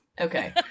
Okay